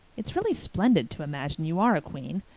it's really splendid to imagine you are a queen.